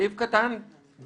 בסעיף קטן (ב),